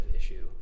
issue